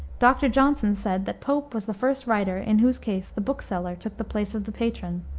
dr. johnson said that pope was the first writer in whose case the book-seller took the place of the patron.